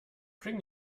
bring